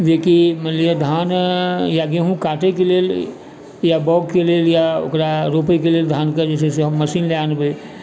जेकि मानि लिअ धान या गेहुँ काटैके लेल या बोआइके लेल या ओकरा रोपैके लिए धानके जे छै से हम मशीन लए आनबै